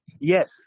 yes